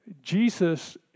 Jesus